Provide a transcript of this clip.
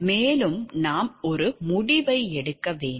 மேலும் நாம் ஒரு முடிவை எடுக்க வேண்டும்